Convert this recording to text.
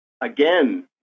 again